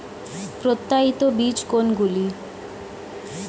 প্রত্যায়িত বীজ কোনগুলি?